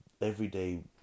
everyday